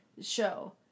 show